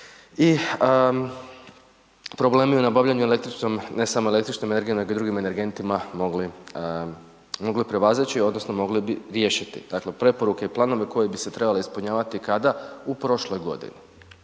i problemi u nabavljanju električnom ne samo električnom, ne samo električnom nego i drugim energentima, mogli prevazići odnosno mogli bi riješiti. Dakle preporuke i planovi koji bi se trebali ispunjavati kada? U prošloj godini.